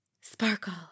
sparkle